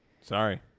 Sorry